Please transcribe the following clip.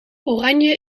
oranje